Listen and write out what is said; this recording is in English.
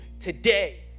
today